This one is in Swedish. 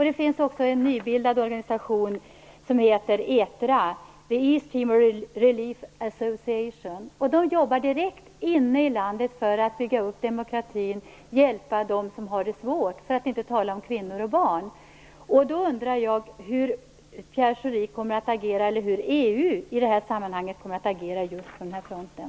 Det finns också en nybildad organisation som heter ETRA, The East Timor Relief Association. Man jobbar direkt inne i landet för att bygga upp demokratin och hjälpa dem som har det svårt - för att inte tala om kvinnor och barn. Hur kommer EU att agera i detta sammanhang just på den här fronten?